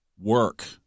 Work